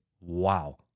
wow